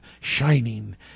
shining